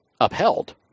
upheld